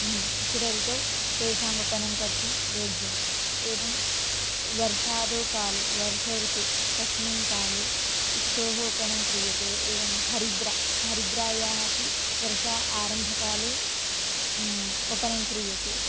शिशिर ऋतौ तेषां वपनं कर्तुं योग्यम् एवं वर्षादौ काले वर्ष ऋतुः तस्मिन् काले इक्षोः वपनं क्रियते एवं हरिद्रा हरिद्रायाः अपि वर्षा आरम्भकाले वपनं क्रियते